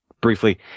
briefly